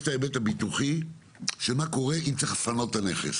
יש את ההיבט הביטוחי של מה קורה אם צריך לפנות את הנכס